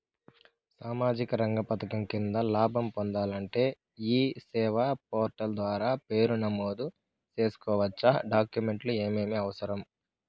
సామాజిక రంగ పథకం కింద లాభం పొందాలంటే ఈ సేవా పోర్టల్ ద్వారా పేరు నమోదు సేసుకోవచ్చా? డాక్యుమెంట్లు ఏమేమి అవసరం?